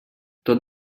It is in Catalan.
tot